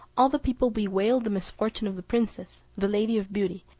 all the people bewailed the misfortune of the princess, the lady of beauty,